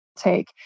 take